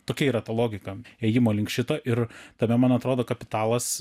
tokia yra ta logika ėjimo link šito ir tada man atrodo kapitalas